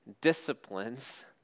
disciplines